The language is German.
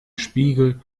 spiegel